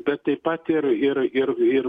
bet taip pat ir ir ir ir